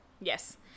Yes